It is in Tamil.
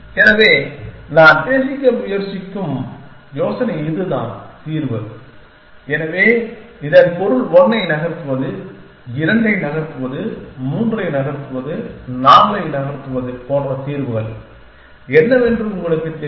எனவே நான் பேச முயற்சிக்கும் யோசனை இதுதான் தீர்வு எனவே இதன் பொருள் 1 ஐ நகர்த்துவது 2 ஐ நகர்த்துவது 3 ஐ நகர்த்துவது 4 ஐ நகர்த்துவது போன்ற தீர்வுகள் என்னவென்று உங்களுக்குத் தெரியும்